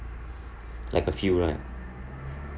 like a field right